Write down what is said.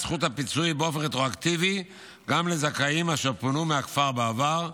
זכות הפיצויים באופן רטרואקטיבי גם לזכאים אשר פונו מהכפר בעבר,